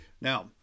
Now